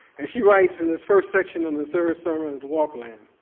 and she writes in this first section of the third sermon of warpland,